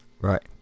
right